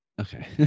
Okay